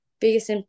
biggest